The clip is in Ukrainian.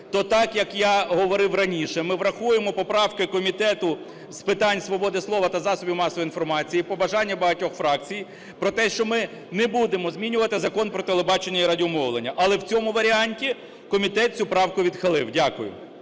то так, як я говорив раніше, ми врахуємо поправки Комітету з питань свободи слова та засобів масової інформації, побажання багатьох фракцій про те, що ми не будемо змінювати Закон "Про телебачення і радіомовлення". Але в цьому варіанті комітет цю правку відхилив. Дякую.